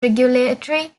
regulatory